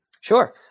Sure